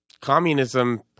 communism